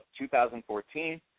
2014